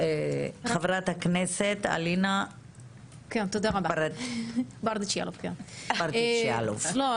חברת הכנסת אלינה ברדץ' יאלוב, בבקשה.